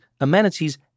amenities